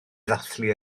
ddathlu